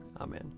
Amen